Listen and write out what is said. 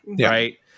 right